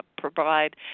provide